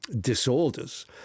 disorders